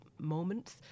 Moments